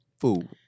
Food